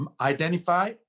identify